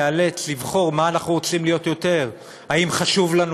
ניאלץ לבחור מה אנחנו רוצים להיות יותר: האם חשוב לנו